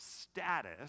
status